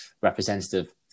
representative